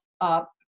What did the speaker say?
up